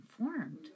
informed